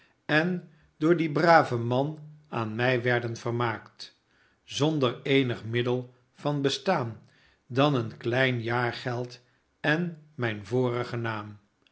en door dien braven man aan mij werden vermaakt zonder eenig middel van bestaan dan een klein jaargeld en mijn vorigen naam